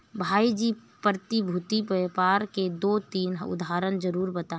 भाई जी प्रतिभूति व्यापार के दो तीन उदाहरण जरूर बताएं?